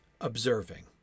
observing